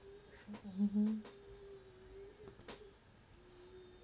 mmhmm